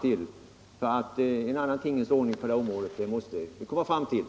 Det är under alla förhållanden nöd vändigt att vi får en annan tingens ordning på detta område. Nr 36